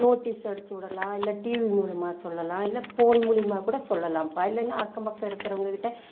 notice அடிச்சிவிடலாம் இல்லை TV மூலிமா சொல்லலாம் இல்லை போன் மூலிமா கூட சொல்லலாம்ப்பா இல்லைன்னா அக்கம் பக்கம் இருக்கிறவங்ககிட்ட